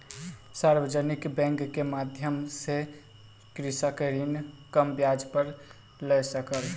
सार्वजानिक बैंक के माध्यम सॅ कृषक ऋण कम ब्याज पर लय सकल